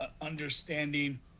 understanding